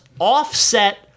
offset